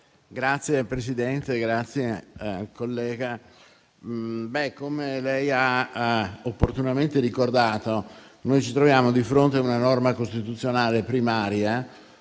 Signor Presidente, senatore Zanettin, come lei ha opportunamente ricordato, ci troviamo di fronte a una norma costituzionale primaria